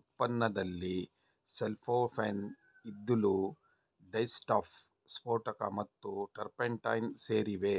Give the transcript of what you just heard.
ಉತ್ಪನ್ನದಲ್ಲಿ ಸೆಲ್ಲೋಫೇನ್ ಇದ್ದಿಲು ಡೈಸ್ಟಫ್ ಸ್ಫೋಟಕ ಮತ್ತು ಟರ್ಪಂಟೈನ್ ಸೇರಿವೆ